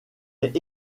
est